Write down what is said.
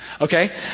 Okay